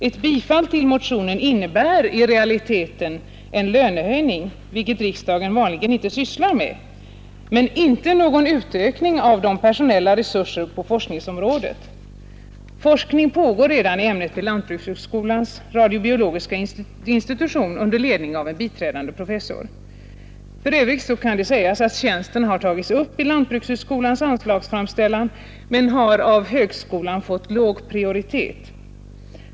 Ett bifall till motionen innebär i realiteten en lönehöjning, vilket riksdagen vanligen inte sysslar med, men inte någon utökning av de personella resurserna på forskningsområdet. Forskning i ämnet pågår, som nämnts, redan vid lantbrukshögskolans radiobiologiska institution under ledning av en biträdande professor. För övrigt kan sägas att tjänsten har tagits upp i lantbrukshögskolans anslagsframställning men av högskolan fått låg prioritet.